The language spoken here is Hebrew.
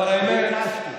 ביקשתי.